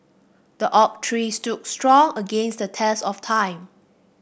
the oak tree stood strong against the test of time